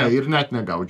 ir net negaudžia